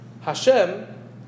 Hashem